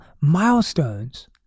milestones